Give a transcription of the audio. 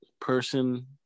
person